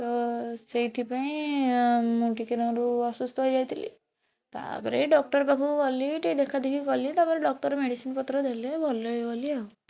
ତ ସେଇଥିପାଇଁ ମୁଁ ଟିକେ ନା ରୁ ଅସୁସ୍ଥ ହେଇଯାଇଥିଲି ତା ପରେ ଡ଼କ୍ଟର ପାଖକୁ ଗଲି ଟିକେ ଦେଖା ଦେଖି କଲି ତା ପରେ ଡ଼କ୍ଟର ମେଡ଼ିସିନ ପତ୍ର ଦେଲେ ଭଲ ହେଇଗଲି ଆଉ